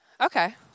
Okay